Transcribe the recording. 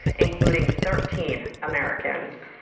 including thirteen americans.